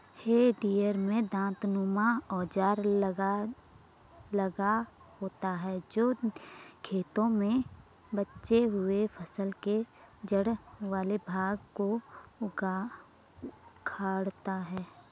हेइ टेडर में दाँतनुमा औजार लगा होता है जो खेतों में बचे हुए फसल के जड़ वाले भाग को उखाड़ता है